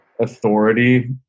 authority